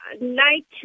night